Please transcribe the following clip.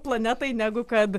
planetai negu kad